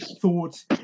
thought